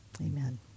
Amen